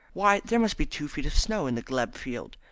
why, there must be two feet of snow in the glebe field.